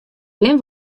binne